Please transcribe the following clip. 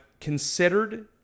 considered